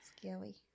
scary